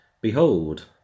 Behold